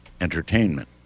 entertainment